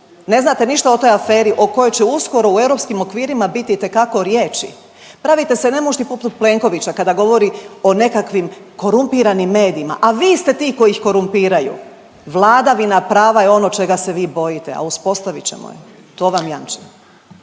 ne znate ništa o toj aferi o kojoj će uskoro u europskim okvirima biti itekako riječi. Pravite se nemušti poput Plenkovića kada govori o nekakvim korumpiranim medijima, a vi ste ti koji ih korumpiraju. Vladavina prava je ono čega se vi bojite, a uspostavit ćemo je, to vam jamčim.